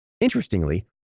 Interestingly